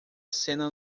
cena